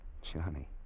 Johnny